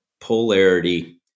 polarity